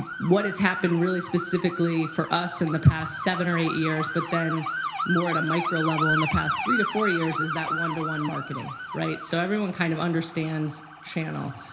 what has happened really specifically for us in the past seven or eight years, but then more at a micro level in the past three to four years, is that one to one marketing. so everyone kind of understands channel.